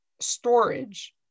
storage